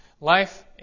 Life